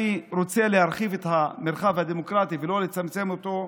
אני רוצה להרחיב את המרחב הדמוקרטי ולא לצמצם אותו.